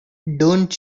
don’t